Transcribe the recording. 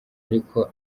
ariko